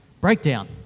breakdown